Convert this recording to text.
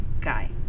guy